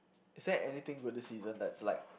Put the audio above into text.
is there anything good this season that's like